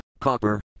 Copper